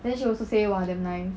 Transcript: then she also say !wah! damn nice